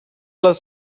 les